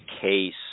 case